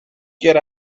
get